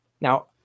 Now